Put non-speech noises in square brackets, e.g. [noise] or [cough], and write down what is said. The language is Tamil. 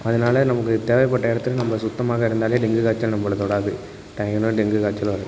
அதனால நமக்கு தேவைப்பட்ட இடத்துல நம்ம சுத்தமாக இருந்தாலே டெங்கு காய்ச்சல் நம்மள தொடாது [unintelligible] டெங்கு காய்ச்சல் [unintelligible]